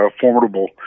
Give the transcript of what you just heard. formidable